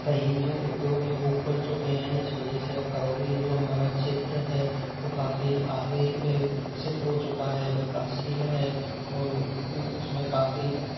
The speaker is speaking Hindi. कई जो उद्योग है वो खुल चुके हैं इस वजह से अब करौली जो हमारा क्षेत्र है वो काफ़ी आगे विकसित हो चुका है विकासशील है और उसमे काफ़ी